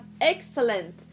Excellent